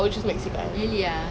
I swear